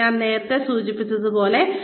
പിന്നെ ഞാൻ നേരത്തെ സൂചിപ്പിച്ചതുപോലെ